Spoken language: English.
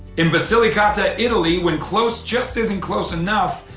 in basilicata, italy, when close just isn't close enough,